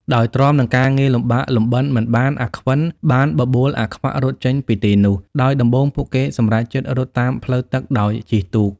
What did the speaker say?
ដោយទ្រាំនឹងការងារលំបាកលំបិនមិនបាន អាខ្វិន បានបបួលអាខ្វាក់រត់ចេញពីទីនោះ ដោយដំបូងពួកគេសម្រេចចិត្តរត់តាមផ្លូវទឹកដោយជិះទូក ។